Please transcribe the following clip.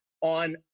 on